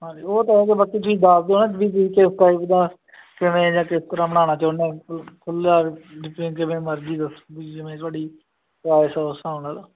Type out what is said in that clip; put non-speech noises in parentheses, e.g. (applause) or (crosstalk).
ਹਾਂਜੀ ਉਹ ਤਾਂ ਹੈ ਬਾਕੀ ਤੁਸੀਂ ਦਸਦੋ ਨਾ ਜਿਹੜੀ ਚੀਜ਼ 'ਚ (unintelligible) ਕਿਵੇ ਜਾਂ ਕਿਸ ਤਰ੍ਹਾਂ ਬਣਾਉਣਾ ਚਾਹੁਣੇ ਖੁੱਲਾ ਜਿਵੇਂ ਮਰਜੀ ਦਸੋ ਵੀ ਜਿਵੇਂ ਤੁਹਾਡੀ ਚੋਇਸ ਉਸ ਹਿਸਾਬ ਨਾਲ